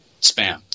spam